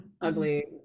ugly